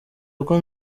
kuko